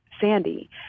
sandy